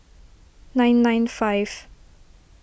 nine nine five